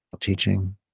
teaching